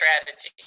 strategy